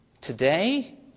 Today